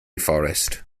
forest